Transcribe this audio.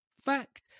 Fact